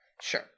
Sure